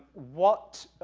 what,